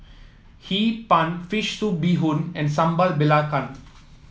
Hee Pan fish soup Bee Hoon and Sambal Belacan